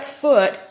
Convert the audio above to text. foot